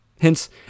Hence